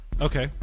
Okay